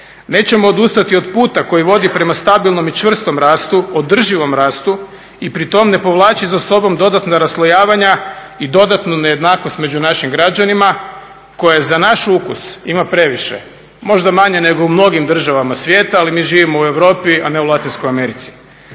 Nećemo odustati od puta koji vodi prema stabilnom i čvrstom rastu, održivom rastu i pritom ne povlači za sobom dodatna raslojavanja i dodatnu nejednakost među našim građanima koje za naš ukus ima previše, možda manje nego u mnogim državama svijeta. Ali mi živimo u Europi, a ne u Latinskoj Americi.